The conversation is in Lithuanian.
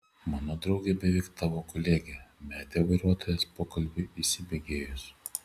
mano draugė beveik tavo kolegė metė vairuotojas pokalbiui įsibėgėjus